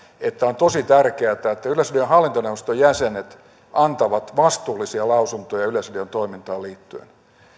että on tosi tärkeätä että yleisradion hallintoneuvoston jäsenet antavat vastuullisia lausuntoja yleisradion toimintaan liittyen